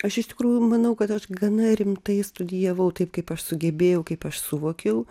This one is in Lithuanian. aš iš tikrųjų manau kad aš gana rimtai studijavau taip kaip aš sugebėjau kaip aš suvokiau